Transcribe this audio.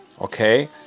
Okay